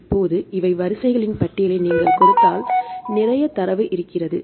இப்போது இவை வரிசைகளின் பட்டியலை நீங்கள் கொடுத்தால் நிறைய தரவு இருக்கிறது